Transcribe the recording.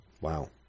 Wow